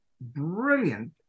brilliant